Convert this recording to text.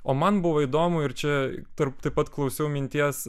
o man buvo įdomu ir čia tarp taip pat klausiau minties